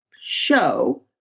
show